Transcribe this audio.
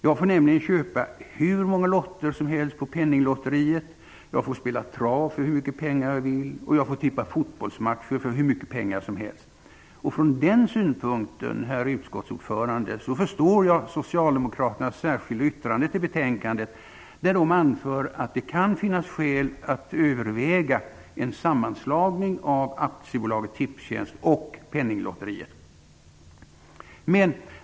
Jag får nämligen köpa hur många lotter som helst på Penninglotteriet. Jag får spela på trav för hur mycket pengar jag vill, och jag får tippa fotbollsmatcher för hur mycket pengar som helst. Från den synpunkten, herr utskottsordförande, förstår jag socialdemokraternas särskilda yttrande till betänkandet där de anför att det kan finnas skäl att överväga en sammanslagning av AB Tipstjänst och Penninglotteriet.